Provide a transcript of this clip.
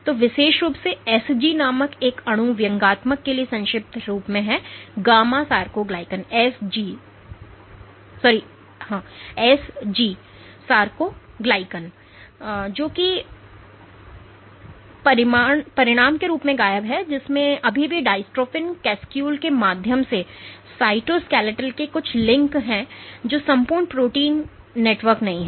तो विशेष रूप से एसजी नामक यह अणु व्यंग्यात्मक के लिए संक्षिप्त रूप है गामा सारकोग्लाइकन है जो कि परिणाम के रूप में गायब है जिसमें अभी भी डायस्ट्रोफिन कैस्क्यूल के माध्यम से साइटोस्केलेटल के कुछ लिंक हैं लेकिन संपूर्ण प्रोटीन नेटवर्क नहीं है